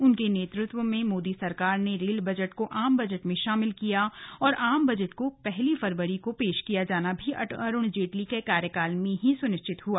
उनके नेतृत्व में मोदी सरकार ने रेल बजट को आम बजट में शामिल किया और आम बजट को पहली फरवरी को पेश किया जाना भी अरुण जेटली के कार्यकाल में ही हुआ